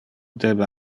debe